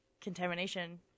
contamination